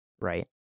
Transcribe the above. right